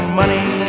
money